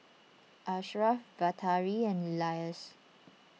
Ashraf Batari and Elyas